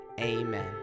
Amen